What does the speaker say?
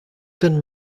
been